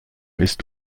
ist